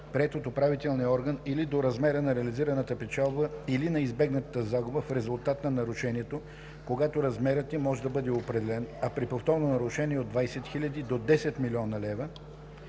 приет от управителния орган или до размера на реализираната печалба или на избегнатата загуба в резултат на нарушението, когато размерът им може да бъде определен, а при повторно нарушение от 20 000 до 10 000 000